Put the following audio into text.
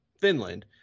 Finland